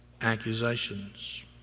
accusations